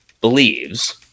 believes